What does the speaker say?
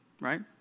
right